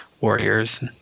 warriors